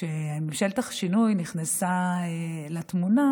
כשממשלת השינוי נכנסה לתמונה,